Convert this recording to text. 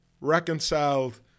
reconciled